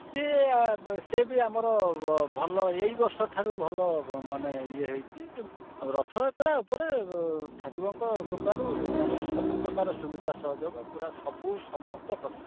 ସିଏ ସେ ବି ଆମର ଭଲ ଏଇ ବର୍ଷଠାରୁ ଭଲ ମାନେ ଇଏ ହେଇଛି ତେଣୁ ରଥଯାତ୍ରା ଉପରେ ଠାକୁରଙ୍କ କୃପାରୁ ମାନେ ସବୁପ୍ରକାର ସୁବିଧା ସହଯୋଗ ପୁରା ସବୁ ସମସ୍ତପ୍ରକାର